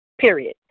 period